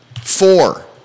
four